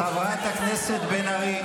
חברת הכנסת בן ארי.